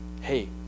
Hey